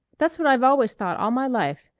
that's what i've always thought all my life.